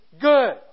good